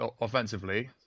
offensively